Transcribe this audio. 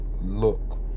look